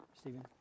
Stephen